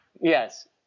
Yes